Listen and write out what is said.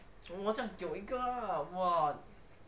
!wah! 这样只有一个 lah